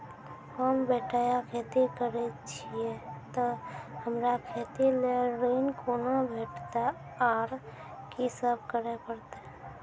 होम बटैया खेती करै छियै तऽ हमरा खेती लेल ऋण कुना भेंटते, आर कि सब करें परतै?